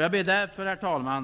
Jag ber därför